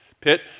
Pitt